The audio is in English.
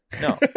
No